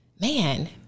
man